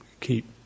keep